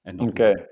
Okay